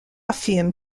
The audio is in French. affirment